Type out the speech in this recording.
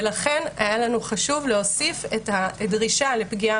ולכן היה לנו חשוב להוסיף את הדרישה לפגיעה